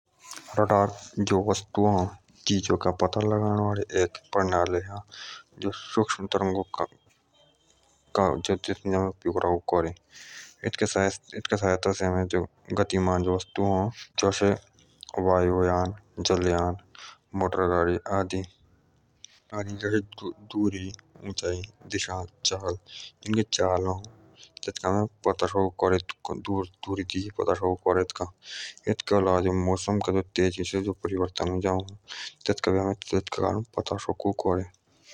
रडार जो वस्तु अ पता लगाणअ वाडे वस्तु अ सुक्ष्म तरंग जेतू मुझा हमें उपयोग राखू करे एतू के आसते हमें गतिमान वस्तु जसे जलयान वायुयान मोटर गाड़ी आदि दूरी ऊंचाई दिशा इनके चल अ एतू का सामने पता सकूं करें एतू अलावा मौसम का तेजी से परिवर्तन ह तैतूका हमें पता सकूं करें।